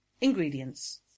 ingredients